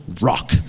rock